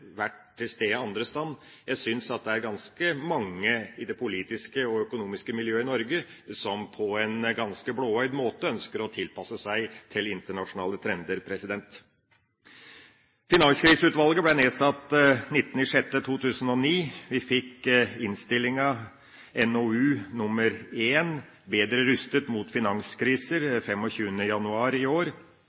vært til stede andre steder. Jeg syns det er ganske mange i det politiske og økonomiske miljøet i Norge som på en ganske blåøyd måte ønsker å tilpasse seg til internasjonale trender. Finanskriseutvalget ble nedsatt 19. juni 2009. Vi fikk innstillinga NOU 2011:1 Bedre rustet mot finanskriser 25. januar i år,